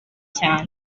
cyane